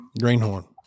Greenhorn